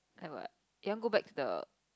and what young go back to the